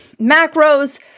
macros